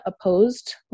opposed